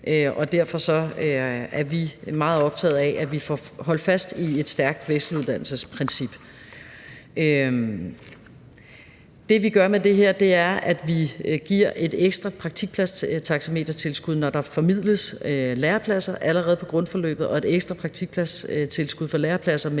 derfor er vi meget optaget af, at vi får holdt fast i et stærkt vekseluddannelsesprincip. Det, vi gør med det her, er, at vi giver et ekstra praktikpladstaxametertilskud, når der formidles lærepladser, allerede på grundforløbet og et ekstra praktikpladstilskud for lærepladser